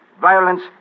violence